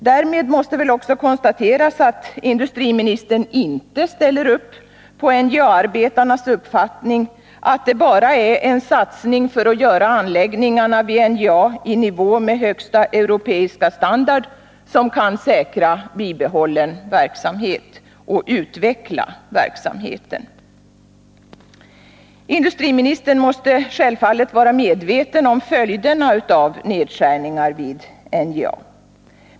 Därmed måste väl också konstateras att industriministern inte ställer upp för NJA-arbetarnas uppfattning, att det bara är en satsning för att göra anläggningarna vid NJA i nivå med högsta europeiska standard som kan säkra bibehållen verksamhet och utveckla verksamheten. Industriministern måste självfallet vara medveten om följderna av nedskärningar vid NJA.